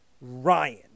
Ryan